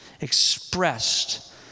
expressed